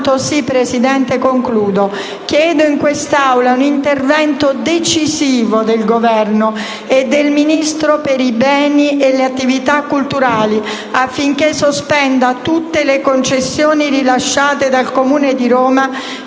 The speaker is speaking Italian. Presidente, concludo. Chiedo, pertanto, in quest'Aula un intervento decisivo del Governo e del Ministro per i beni e le attività culturali affinché sospenda tutte le concessioni rilasciate dal Comune di Roma,